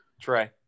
Trey